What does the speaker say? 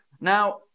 Now